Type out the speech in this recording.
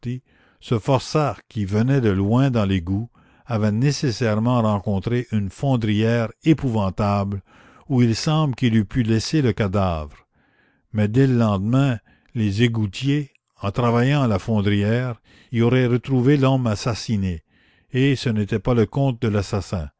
ce forçat qui venait de loin dans l'égout avait nécessairement rencontré une fondrière épouvantable où il semble qu'il eût pu laisser le cadavre mais dès le lendemain les égoutiers en travaillant à la fondrière y auraient retrouvé l'homme assassiné et ce n'était pas le compte de l'assassin